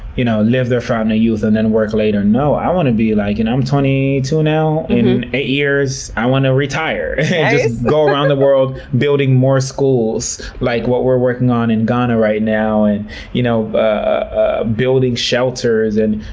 you know, live their fountain of youth and then work later. no, i want to be like, i'm twenty two now, in eight years i want to retire and just go around the world building more schools like what we're working on in ghana right now, and you know ah building shelters and,